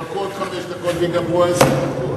תתווכחו עוד חמש דקות וייגמרו עשר הדקות.